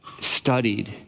studied